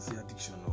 addiction